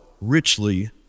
richly